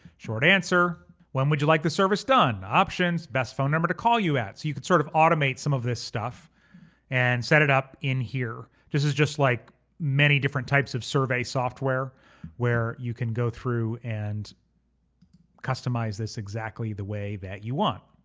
short answer. when would you like the service done? options, best phone number to call you at? so you could sort of automate some of this stuff and set it up in here. this is just like many different types of survey software where you can go through and customize this exactly the way that you want.